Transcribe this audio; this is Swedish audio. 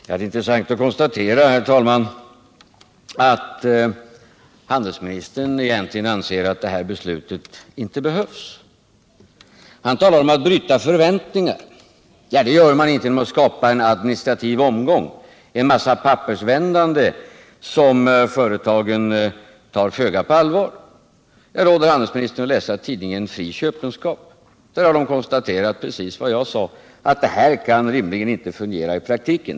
Herr talman! Det är intressant att konstatera att handelsministern Torsdagen den egentligen anser att det här beslutet inte behövs. Han talar om att bryta 6 april 1978 förväntningar. Det gör man inte genom att skapa en administrativ omgång, en massa pappersvändande som företagen tar föga på allvar. Jag råder Om skyldigheten handelsministern att läsa tidningen Fri Köpenskap, där man konstaterar precis vad jag sade, nämligen att det rimligen inte kommer att fungera i praktiken.